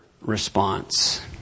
response